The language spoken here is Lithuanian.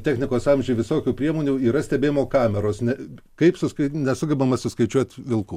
technikos amžiuje visokių priemonių yra stebėjimo kameros ne kaip suskai nesugebama suskaičiuot vilkų